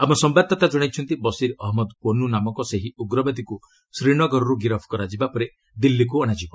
ଆମ ସମ୍ଭାଦଦାତା ଜଣାଇଛନ୍ତି ବସିର୍ ଅହମ୍ମଦ ପୋନୁ ନାମକ ସେହି ଉଗ୍ରବାଦୀକୁ ଶ୍ରୀନଗରରୁ ଗିରଫ୍ କରାଯିବା ପରେ ଦିଲ୍ଲୀକୁ ଅଣାଯିବ